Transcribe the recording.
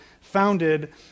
founded